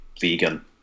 vegan